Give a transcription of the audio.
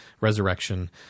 resurrection